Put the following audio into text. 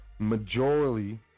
majorly